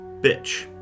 bitch